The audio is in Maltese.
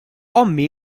ommi